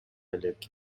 элек